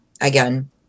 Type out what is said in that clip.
Again